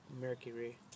Mercury